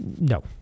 no